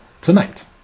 tonight